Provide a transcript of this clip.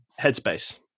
headspace